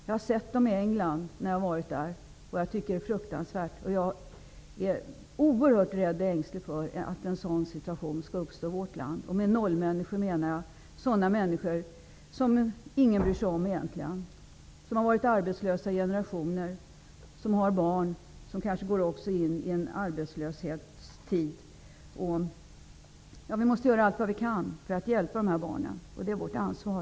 Jag har sett dem i England när jag har varit där, och jag tycker att det är fruktansvärt. Jag är oerhört rädd och ängslig för att en sådan situation skall uppstå i vårt land. Med nollmänniskor menar jag sådana människor som ingen egentligen bryr sig om, som har varit arbetslösa i generationer, som har barn som kanske också går in i en arbetslöshetstid. Vi måste göra allt vi kan för att hjälpa de här barnen. Det är vårt ansvar.